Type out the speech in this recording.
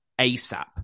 ASAP